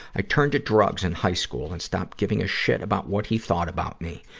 i turned to drugs in high school and stopped giving a shit about what he thought about me.